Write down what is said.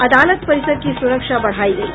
अदालत परिसर की सुरक्षा बढ़ायी गयी